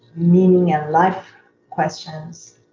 meaning of life questions,